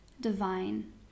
divine